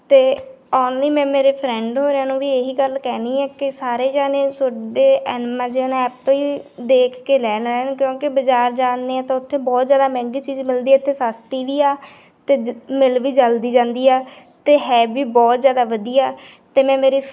ਅਤੇ ਓਨਲੀ ਮੈਂ ਮੇਰੇ ਫਰੈਂਡ ਹੋਣਾਂ ਨੂੰ ਵੀ ਇਹੀ ਗੱਲ ਕਹਿੰਦੀ ਹਾਂ ਕਿ ਸਾਰੇ ਜਾਣੇ ਤੁਹਾਡੇ ਐਨਮਾਜੋਨ ਐਪ ਤੋਂ ਹੀ ਦੇਖ ਕੇ ਲੈ ਲੈਣ ਕਿਉਂਕਿ ਬਜ਼ਾਰ ਜਾਂਦੇ ਹਾਂ ਤਾਂ ਉੱਥੇ ਬਹੁਤ ਜ਼ਿਆਦਾ ਮਹਿੰਗੀ ਚੀਜ਼ ਮਿਲਦੀ ਹੈ ਇੱਥੇ ਸਸਤੀ ਵੀ ਆ ਅਤੇ ਜ ਮਿਲ ਵੀ ਜਲਦੀ ਜਾਂਦੀ ਆ ਅਤੇ ਹੈ ਵੀ ਬਹੁਤ ਜ਼ਿਆਦਾ ਵਧੀਆ ਅਤੇ ਮੈਂ ਮੇਰੀ